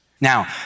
Now